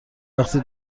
وقتی